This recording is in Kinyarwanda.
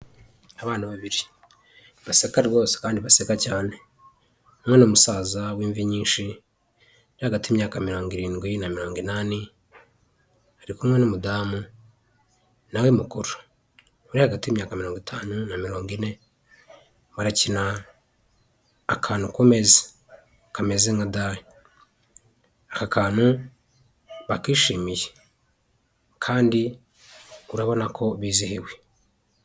Abana babiri baseka rwose kandi baseka cyane. Umwe ni musaza w'imvi nyinshi uri hagati y'imyaka mirongo irindwi na mirongo inani ari kumwe n'umudamu nawe mukuru, uri hagati y'imyaka mirongo itanu na mirongo ine barakina akantu ku meza kameze nka dari. Aka k'akantu bakishimiye kandi urabona ko bizihiwe.